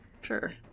Sure